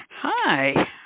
Hi